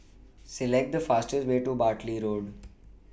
Select The fastest Way to Bartley Road